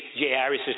Jairus